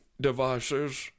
devices